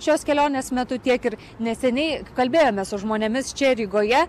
šios kelionės metu tiek ir neseniai kalbėjome su žmonėmis čia rygoje